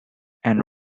and